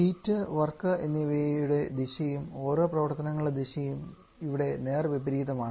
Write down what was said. heat work എന്നിവയുടെ ദിശയും ഓരോ പ്രവർത്തനങ്ങളുടെ ദിശയും ഇവിടെ നേർവിപരീതമാണ്